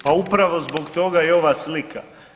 Pa upravo zbog toga i ova slika.